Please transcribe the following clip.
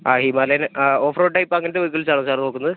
ആ ഹിമാലയൻ ആ offroad type അങ്ങനത്തെ വെഹിക്കിൾസ് ആണോ സാർ നോക്കുന്നത്